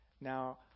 Now